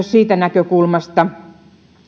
siitä näkökulmasta